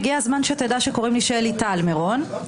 הגיע הזמן שתדע שקוראים לי שלי טל מירון,